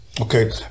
Okay